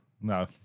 No